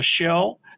Michelle